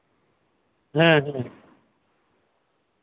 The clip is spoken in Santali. ᱦᱮᱸ ᱦᱮᱸ